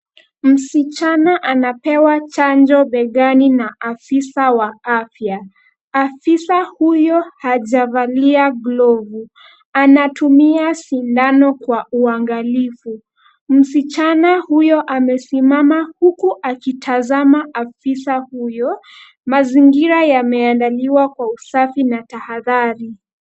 Msichana anapewa chanjo begani na afisa wa afya. Afisa huyo hajavalia glovu. Anatumia sindano kwa uangalifu. Msichana huyo amesimama huku akitazama afisa huyo. Mazingira yameandaliwa kwa usafi na tahadhari.